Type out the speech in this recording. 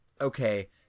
okay